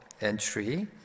entry